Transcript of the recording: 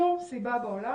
שום סיבה בעולם,